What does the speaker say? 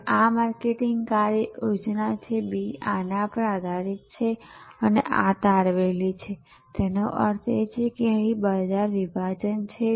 અને આ માર્કેટિંગ કાર્ય યોજના છે B આના પર આધારિત છે અને આ તારવેલી છે તેનો અર્થ એ છે કે અહીં બજાર વિભાજન છે